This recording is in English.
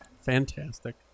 Fantastic